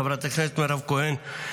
חברת הכנסת מירב כהן,